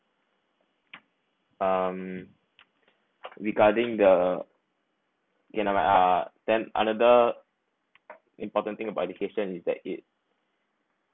um regarding the you know my uh then another important thing about education is that it